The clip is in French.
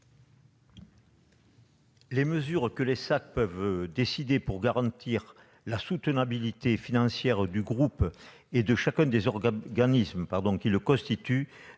Les mesures que les SAC peuvent décider pour garantir la soutenabilité financière du groupe et de chacun des organismes qui le constituent